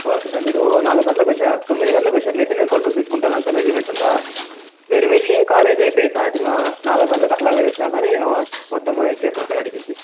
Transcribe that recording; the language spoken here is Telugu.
ఓకే సార్ మీరు నాలుగు గంటలకు వచ్చిన తొమ్మిదిగంటలకు వచ్చినట్టు అయితే నేను కొలతలు తీసుకుంటాను అంతా మెజర్మెంట్స్ అంతా మీరు వెళ్ళి కాలేజ్ అయిపోయి సాయంత్రం నాలుగు గంటలకు అలా మీరు వచ్చిన కానీ నేను మొత్తము ఇస్తాను సార్ రెడి చేసి